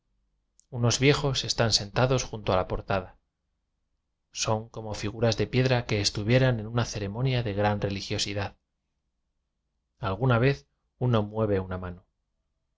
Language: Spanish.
unos viejos están sentados junto a la portada son como figuras de piedra que estuvieran en una ce remonia de gran religiosidad alguna vez uno mueve una mano